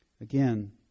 Again